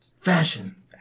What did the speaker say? Fashion